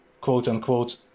quote-unquote